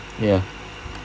ya